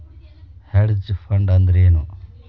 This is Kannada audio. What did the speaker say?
ಹೆಡ್ಜ್ ಫಂಡ್ ಅಂದ್ರೇನು?